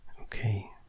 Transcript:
Okay